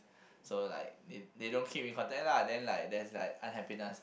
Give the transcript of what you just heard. so like it they don't keep in contact lah then like there's like unhappiness